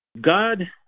God